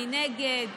מי נגד.